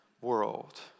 world